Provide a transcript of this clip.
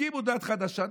הקימו דת חדשה,